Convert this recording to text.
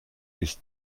ist